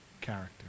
Character